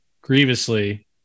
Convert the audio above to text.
grievously